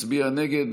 מצביע נגד.